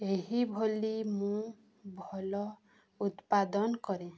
ଏହିଭଳି ମୁଁ ଭଲ ଉତ୍ପାଦନ କରେ